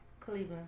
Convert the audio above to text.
Cleveland